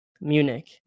Munich